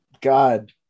god